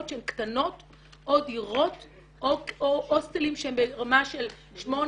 שהן קטנות או דירות או הוסטלים שהם ברמה של 8,